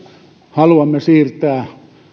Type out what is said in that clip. haluamme siirtää